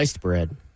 bread